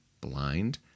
blind